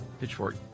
Pitchfork